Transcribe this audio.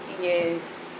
Yes